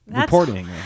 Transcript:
Reporting